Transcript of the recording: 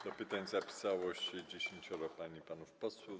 Do pytań zapisało się dziesięcioro pań i panów posłów.